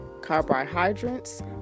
carbohydrates